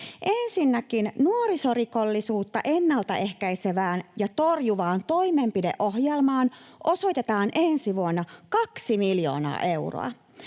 Ensinnäkin nuorisorikollisuutta ennaltaehkäisevään ja torjuvaan toimenpideohjelmaan osoitetaan ensi vuonna 2 miljoonaa euroa.